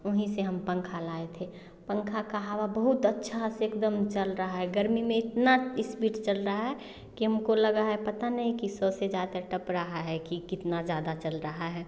वही से हम पंखा लाए थे पंखे के हवा बहुत अच्छा से एक दम चल रहा है गर्मी में इतना इस्पीड चल रहा है कि हम को लगा है पता नहीं कि सौ से ज़्यादा टप रहा है कि कितना ज़्यादा चल रहा है